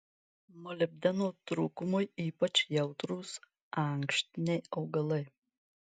molibdeno trūkumui ypač jautrūs ankštiniai augalai